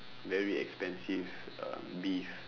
very expensive um beef